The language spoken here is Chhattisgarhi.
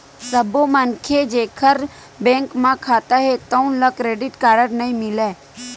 सब्बो मनखे जेखर बेंक म खाता हे तउन ल क्रेडिट कारड नइ मिलय